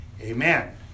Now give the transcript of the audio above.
amen